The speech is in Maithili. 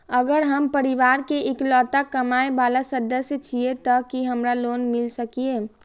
अगर हम परिवार के इकलौता कमाय वाला सदस्य छियै त की हमरा लोन मिल सकीए?